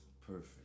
perfect